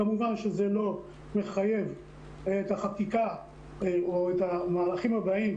כמובן שזה לא מחייב את החקיקה או את המהלכים הבאים,